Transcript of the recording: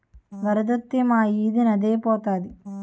వరదొత్తే మా ఈది నదే ఐపోతాది